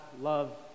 love